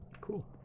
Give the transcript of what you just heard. Cool